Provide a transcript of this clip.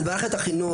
על מערכת החינוך,